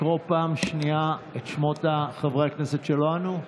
לקרוא פעם השנייה את שמות חברי הכנסת שלא ענו.